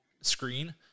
screen